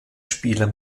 spieler